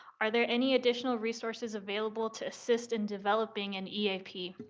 are there any additional resources available to assist in developing an eap?